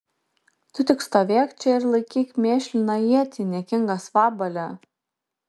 tu tik stovėk čia ir laikyk mėšliną ietį niekingas vabale